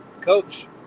coach